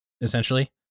essentially